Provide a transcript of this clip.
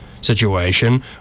situation